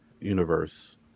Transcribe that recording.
universe